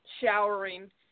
showering